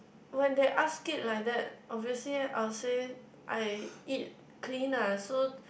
when they asked it like that obviously I'll say I eat clean ah so